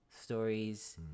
stories